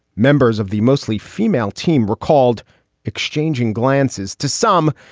members of the mostly female team recalled exchanging glances to some.